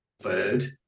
Third